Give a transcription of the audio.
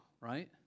right